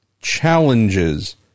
challenges